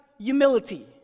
humility